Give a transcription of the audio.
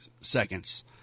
seconds